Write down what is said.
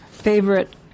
favorite